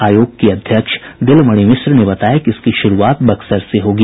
आयोग की अध्यक्ष दिलमणि मिश्र ने बताया कि इसकी शुरूआत बक्सर से होगी